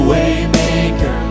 Waymaker